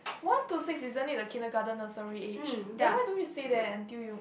one to six isn't it the kindergarten nursery age then why don't you stay there until you